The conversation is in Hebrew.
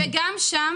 וגם שם